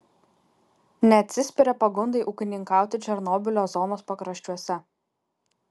neatsispiria pagundai ūkininkauti černobylio zonos pakraščiuose